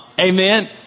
Amen